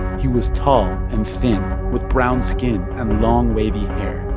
he was tall and thin with brown skin and long, wavy hair.